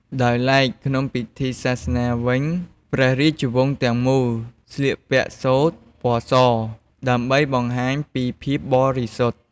ដោយឡែក ក្នុងពិធីសាសនាវិញ ព្រះរាជវង្សទាំងមូល ស្លៀកពាក់សូត្រ ពណ៌ស ដើម្បីបង្ហាញពីភាពបរិសុទ្ធ។